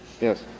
Yes